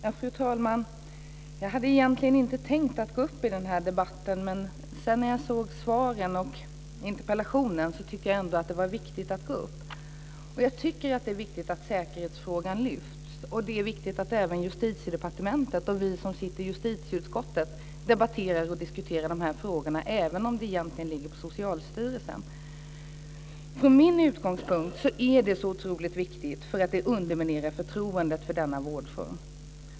Fru talman! Jag hade egentligen inte tänkt att delta i den här debatten. Men när jag såg interpellationen och svaret tyckte jag ändå att det var viktigt att delta. Jag tycker att det är viktigt att säkerhetsfrågan lyfts fram. Det är viktigt att Justitiedepartementet och vi som sitter i justitieutskottet debatterar och diskuterar de här frågorna även om de egentligen ligger hos Från min utgångspunkt är detta otroligt viktigt eftersom det underminerar förtroendet för denna vårdform.